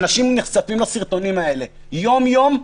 אנשים נחשפים לסרטונים האלה יום יום.